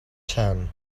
tan